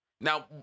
Now